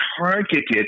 targeted